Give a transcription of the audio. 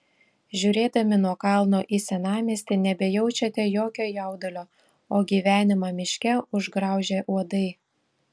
žiūrėdami nuo kalno į senamiestį nebejaučiate jokio jaudulio o gyvenimą miške užgraužė uodai